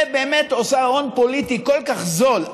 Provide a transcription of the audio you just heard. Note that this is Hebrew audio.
ובאמת, עושה הון פוליטי כל כך זול.